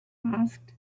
asked